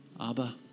Abba